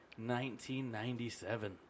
1997